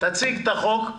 תציג את הצעת החוק,